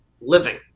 living